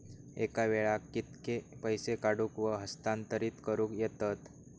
एका वेळाक कित्के पैसे काढूक व हस्तांतरित करूक येतत?